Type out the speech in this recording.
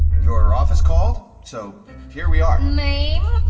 your office called, so here we are. name?